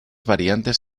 variantes